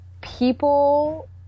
people